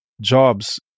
jobs